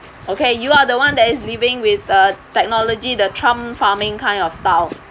okay you are the one that is living with uh technology the trump farming kind of style